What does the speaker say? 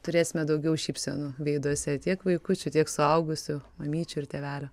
turėsime daugiau šypsenų veiduose tiek vaikučių tiek suaugusių mamyčių ir tėvelių